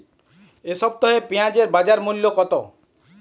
এ সপ্তাহে পেঁয়াজের বাজার মূল্য কত?